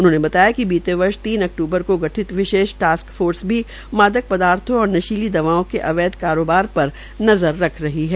उन्होंने कहा कि बीते वर्ष तीन अक्तूबर केा गठित विशेष टास्क फोर्स भी मादक पदार्थो और नशीली दवाओं के अवैध कारोबार पर नज़र रख रही है